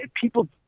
people